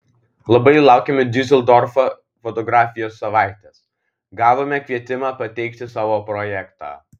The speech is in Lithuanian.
labai laukiame diuseldorfo fotografijos savaitės gavome kvietimą pateikti savo projektą